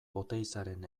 oteizaren